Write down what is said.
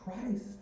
Christ